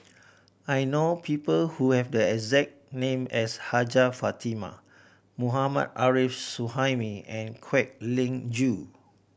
I know people who have the exact name as Hajjah Fatimah Mohammad Arif Suhaimi and Kwek Leng Joo